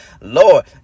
Lord